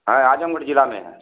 है आजमगढ़ जिला में है